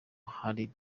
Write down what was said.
hari